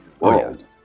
world